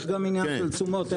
יש גם עניין של תשומות,